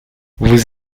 vous